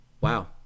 Wow